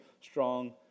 strong